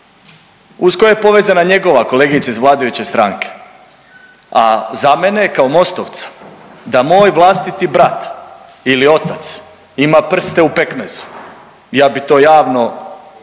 uz koje je povezana njegova kolegica iz vladajuće stranke, a za mene kao mostovca da moj vlastiti brat ili otac ima prste u pekmezu, ja bih to javno, javno